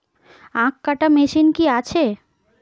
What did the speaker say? আখ কাটা মেশিন কি আছে?